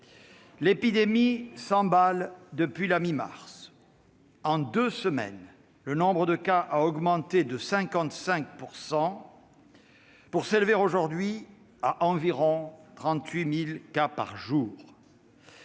L'épidémie s'emballe depuis la mi-mars : en deux semaines, le nombre de cas a augmenté de 55 % pour s'élever aujourd'hui à environ 38 000 par jour.